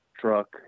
truck